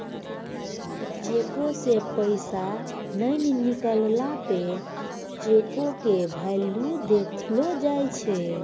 चेको से पैसा नै निकलला पे चेको के भेल्यू देखलो जाय छै